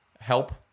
help